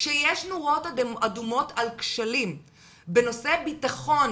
כשיש נורות אדומות על כשלים בנושא ביטחון